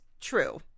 True